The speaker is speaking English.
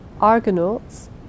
argonauts